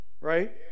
right